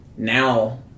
Now